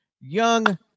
young